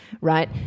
right